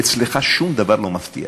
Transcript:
אצלך שום דבר לא מפתיע: